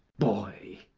boy.